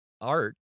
art